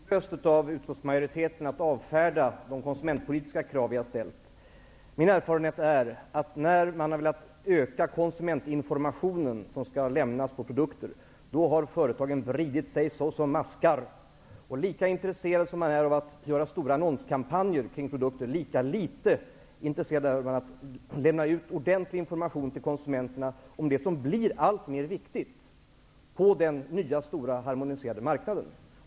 Herr talman! Jag tycker att det är litet aningslöst av utskottsmajoriteten att avfärda de konsumentpolitiska krav vi har ställt. Min erfarenhet är att när man har velat öka konsumentinformationen som skall lämnas på produkter, har företagen vridit sig såsom maskar. Lika intresserade som de är av att göra stora annonskampanjer kring produkter, lika litet intresserade är de att lämna ut ordentlig information tll konsumenterna om det som blir allt mer viktigt på den nya stora harmoniserade marknaden.